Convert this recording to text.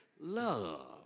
love